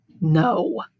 no